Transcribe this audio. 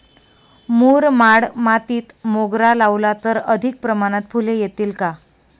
मुरमाड मातीत मोगरा लावला तर अधिक प्रमाणात फूले येतील का?